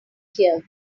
here